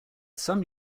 some